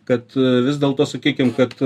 kad vis dėlto sakykim kad